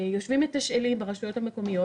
יושבים מתשאלים ברשויות המקומיות